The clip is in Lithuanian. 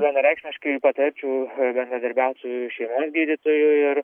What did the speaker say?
vienareikšmiškai patarčiau bendradarbiaut su šeimos gydytoju ir